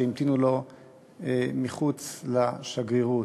שהמתינו לו מחוץ לשגרירות.